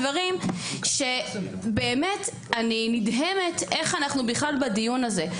דברים שבאמת אני נדהמת איך אנחנו בכלל בדיון הזה.